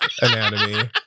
anatomy